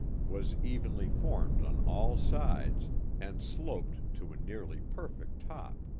was evenly formed on all sides and sloped to a nearly perfect top.